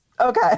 Okay